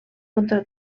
contra